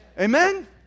Amen